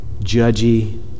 judgy